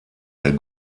der